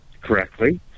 correctly